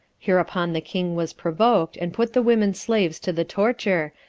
hereupon the king was provoked, and put the women slaves to the torture,